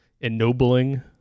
ennobling